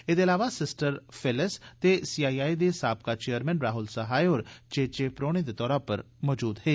एदे इलावा sister Phyllis ते सी आई आई दे साबका चेयरमैन राहुल सहाय होर चेचे परौहने दे तौरा पर मौजूद हे